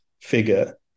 figure